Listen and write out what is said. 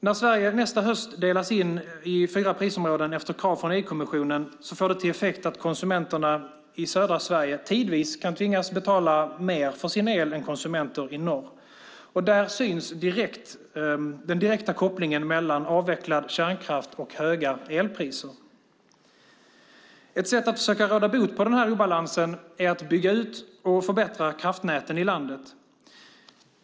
När Sverige nästa höst delas in i fyra prisområden efter krav från EU-kommissionen får det till effekt att konsumenterna i södra Sverige tidvis kan tvingas betala mer för sin el än konsumenter i norr. Där syns den direkta kopplingen mellan avvecklad kärnkraft och höga elpriser. Ett sätt att försöka råda bot på den här obalansen är att bygga ut och förbättra kraftnäten i landet.